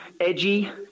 edgy